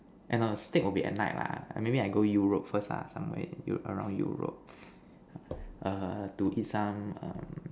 eh no steak will be at night lah maybe I go Europe first lah somewhere Eu~ around Europe err to eat some um